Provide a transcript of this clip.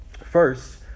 First